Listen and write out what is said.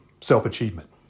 self-achievement